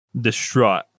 distraught